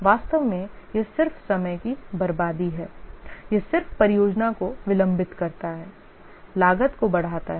वास्तव में यह सिर्फ समय की बर्बादी है यह सिर्फ परियोजना को विलंबित करता है लागत को बढ़ाता है